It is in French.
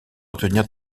retenir